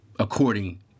According